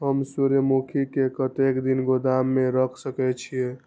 हम सूर्यमुखी के कतेक दिन गोदाम में रख सके छिए?